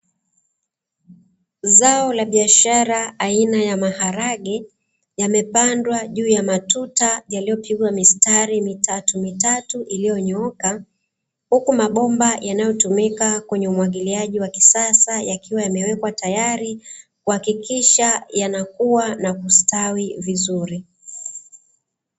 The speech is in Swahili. Zao la biashara aina ya maharage yamepandwa juu ya matuta yaliyopigwa mistari mitatumitatu iliyonyooka, huku mabomba yanayotumika kwenye umwagiliaji wa kisasa yakiwa yamewekwa tayari kuhakikisha yanakua na kustawi vizuri.